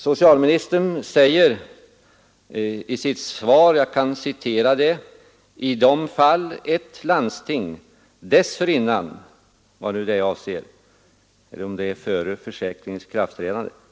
Socialministern säger i sitt svar: ”I de fall då ett landsting dessförinnan” — vad nu det avser, är det före försäkringens ikraftträdande?